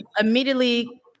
immediately